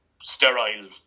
sterile